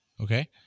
okay